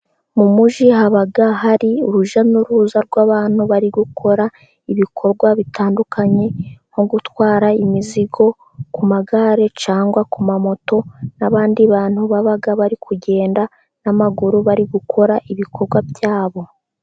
Mu mugi haba hari urujya n'uruza rw'abantu bari gukora ibikorwa bitandukanye, nko gutwara imizigo ku magare cyangwa ku mamoto, n'abandi bantu baba bari kugenda n'amaguru bari gukora ibikorwa byabo.